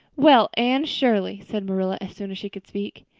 well, anne shirley, said marilla as soon as she could speak,